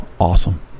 awesome